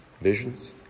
visions